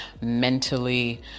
mentally